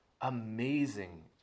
amazing